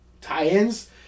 tie-ins